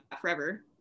forever